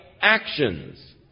actions